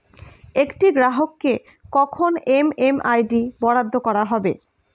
একটি গ্রাহককে কখন এম.এম.আই.ডি বরাদ্দ করা হবে?